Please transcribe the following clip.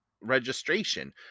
registration